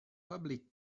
public